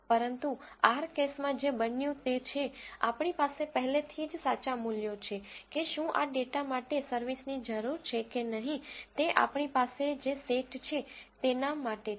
પરંતુ R કેસમાં જે બન્યું તે છે આપણી પાસે પહેલેથી જ સાચા મૂલ્યો છે કે શું આ ડેટા માટે સર્વિસની જરૂર છે કે નહીં તે આપણી પાસે જે સેટ છે તેના માટે છે